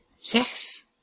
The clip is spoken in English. Yes